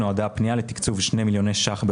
התקציב.